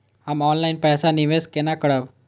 हम ऑनलाइन पैसा निवेश केना करब?